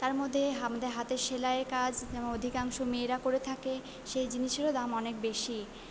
তার মধ্যে হামদের হাতের সেলাইয়ের কাজ যেমন অধিকাংশ মেয়েরা করে থাকে সেই জিনিসেরও দাম অনেক বেশি